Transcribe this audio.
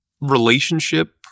relationship